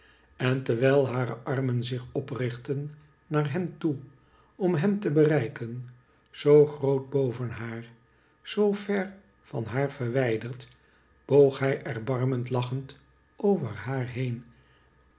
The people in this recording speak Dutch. en terwijl hare armen zich oprichtten naar hem toe om hem te bereiken zoo groot boven haar zoo ver van haar verwijderd boog hij erbarmend lachend over haar heen